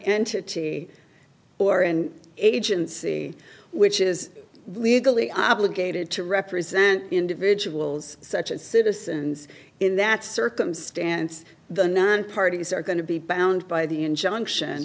entity or and agency which is legally obligated to represent individuals such as citizens in that circumstance the nine parties are going to be bound by the injunction